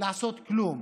לעשות כלום.